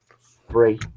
Three